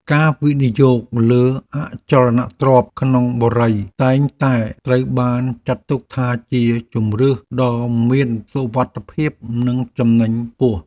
ការវិនិយោគលើអចលនទ្រព្យក្នុងបុរីតែងតែត្រូវបានចាត់ទុកថាជាជម្រើសដ៏មានសុវត្ថិភាពនិងចំណេញខ្ពស់។